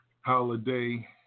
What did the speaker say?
Holiday